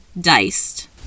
diced